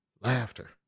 laughter